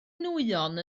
nwyon